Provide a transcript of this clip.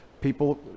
people